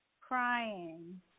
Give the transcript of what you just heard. crying